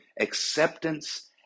acceptance